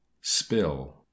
spill